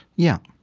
yeah.